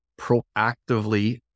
proactively